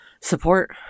support